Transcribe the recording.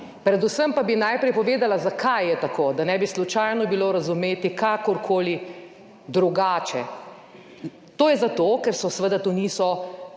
predvsem pa bi najprej povedala, zakaj je tako, da ne bi slučajno bilo razumeti kakorkoli drugače. To je zato, ker seveda to niso